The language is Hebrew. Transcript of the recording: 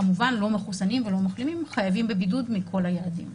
כמובן לא מחוסנים ולא מחלימים חייבים בבידוד מכל היעדים.